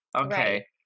okay